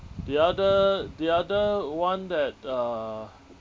the other the other one that uh